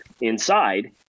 inside